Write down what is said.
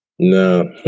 No